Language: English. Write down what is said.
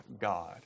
God